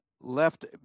left